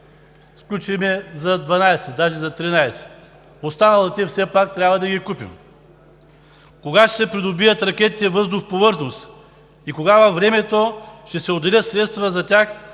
сключихме за 12, даже за 13. Останалите все пак трябва да ги купим. Кога ще се придобият ракетите въздух – повърхност, и кога във времето ще се отделят средства за тях,